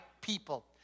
people